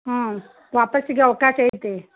ಹ್ಞೂ ವಾಪಾಸಿಗೆ ಅವಕಾಶ ಐತೆ